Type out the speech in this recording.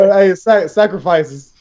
Sacrifices